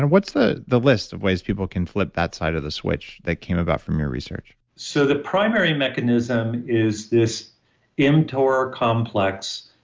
and what's the the list of ways people can flip that side of the switch, that came about from your research? so the primary mechanism is this mtor complex,